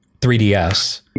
3ds